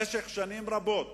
במשך שנים רבות